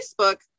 Facebook